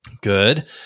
Good